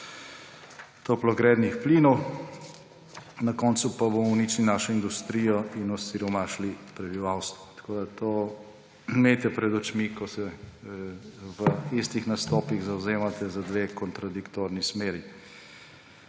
toplogrednih plinov, na koncu pa bomo uničili našo industrijo in osiromašili prebivalstvo. To imejte pred očmi, ko se v istih nastopih zavzemate za dve kontradiktorni smeri.